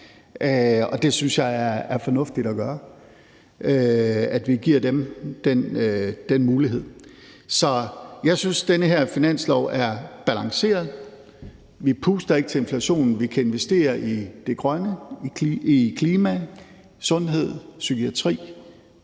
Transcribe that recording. og det synes jeg er fornuftigt at gøre, altså at vi giver dem den mulighed. Så jeg synes, den her finanslov er balanceret. Vi puster ikke til inflationen. Vi kan investere i det grønne, i klima, i sundhed, i psykiatri,